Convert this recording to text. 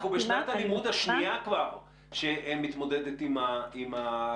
אנחנו בשנת הלימוד השנייה כבר שמתמודדת עם הקורונה,